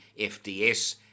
FDS